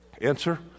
Answer